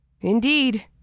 Indeed